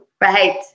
Right